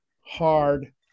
hard